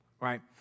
right